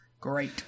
great